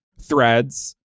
Threads